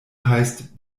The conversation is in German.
heißt